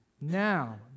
now